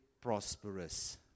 prosperous